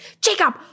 Jacob